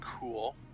cool